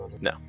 No